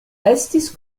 estis